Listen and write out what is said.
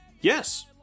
Yes